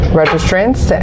registrants